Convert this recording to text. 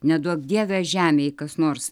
neduok dieve žemei kas nors